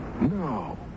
No